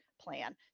plan